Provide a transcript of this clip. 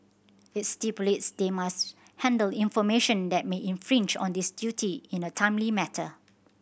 it stipulates they must handle information that may infringe on this duty in a timely matter